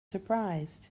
surprised